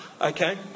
Okay